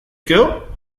gero